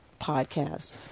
podcast